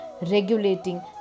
regulating